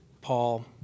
Paul